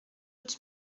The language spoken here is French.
aout